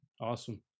Awesome